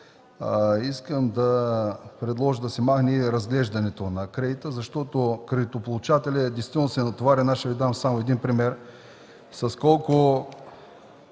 искам да предложа да се махнат думите „и разглеждането на кредита”, защото кредитополучателят действително се натоварва.